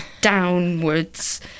downwards